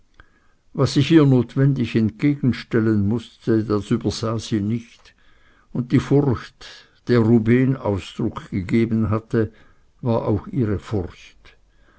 was sich ihr notwendig entgegenstellen mußte das übersah sie nicht und die furcht der rubehn ausdruck gegeben hatte war auch ihre furcht